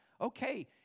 okay